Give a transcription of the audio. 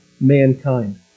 mankind